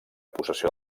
possessió